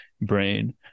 brain